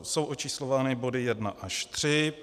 Jsou očíslovány body jedna až tři.